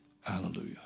Hallelujah